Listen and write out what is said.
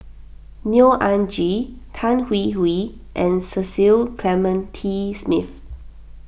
Neo Anngee Tan Hwee Hwee and Cecil Clementi Smith